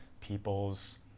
people's